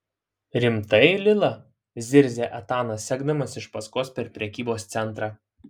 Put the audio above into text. rimtai lila zirzia etanas sekdamas iš paskos per prekybos centrą